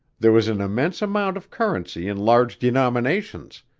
there was an immense amount of currency in large denominations,